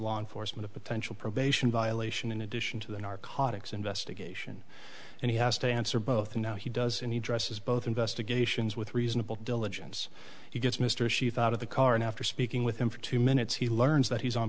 law enforcement potential probation violation in addition to the narcotics investigation and he has to answer both now he does and he dresses both investigations with reasonable diligence he gets mr she thought of the car and after speaking with him for two minutes he learns that he's on